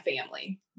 family